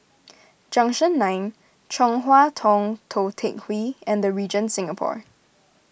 Junction nine Chong Hua Tong Tou Teck Hwee and the Regent Singapore